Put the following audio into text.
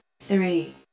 three